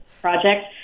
project